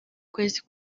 kwezi